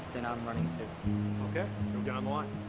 then i'm running too okay go get on the line.